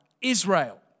Israel